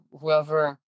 whoever